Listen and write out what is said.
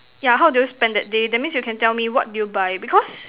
yeah how do you spend that day that means you can tell me what do you buy because